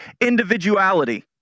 individuality